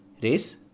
race